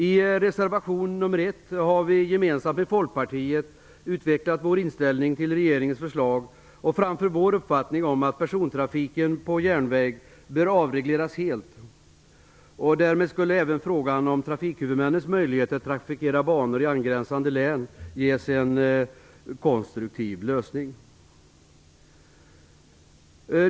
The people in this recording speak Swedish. I reservation nr 1 har vi gemensamt med Folkpartiet utvecklat vår inställning till regeringens förslag. Vi framför vår uppfattning, nämligen att persontrafiken på järnväg helt bör avregleras. Därmed skulle även frågan om trafikhuvudmännens möjligheter att trafikera banor i angränsande län ges en konstruktiv lösning.